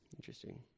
Interesting